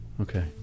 okay